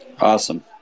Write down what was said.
Awesome